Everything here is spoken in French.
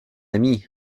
ami